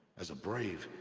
as a brave.